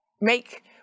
make